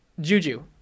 Juju